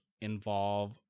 involve